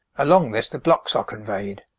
along this the blocks are conveyed,